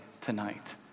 tonight